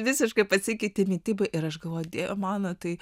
visiškai pasikeitė mityba ir aš galvoju dieve mano tai